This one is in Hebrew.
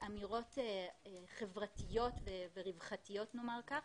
אמירות חברתיות ורווחתיות, נאמר כך.